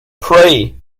pray